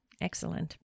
excellent